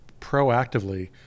proactively